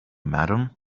madam